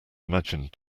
imagined